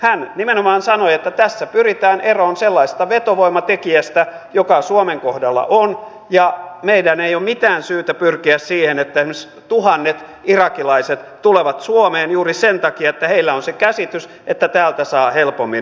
hän nimenomaan sanoi että tässä pyritään eroon sellaisesta vetovoimatekijästä joka suomen kohdalla on ja meidän ei ole mitään syytä pyrkiä siihen että esimerkiksi tuhannet irakilaiset tulevat suomeen juuri sen takia että heillä on se käsitys että täältä saa helpommin oleskeluluvan